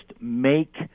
make